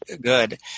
good